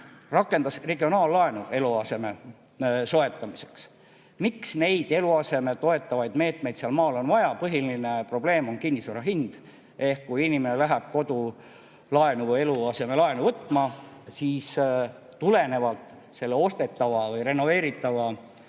regionaallaenu eluaseme soetamiseks. Miks neid eluaset toetavaid meetmeid maal vaja on? Põhiline probleem on kinnisvara hind. Kui inimene läheb kodulaenu või eluasemelaenu võtma, siis tulenevalt selle ostetava või renoveeritava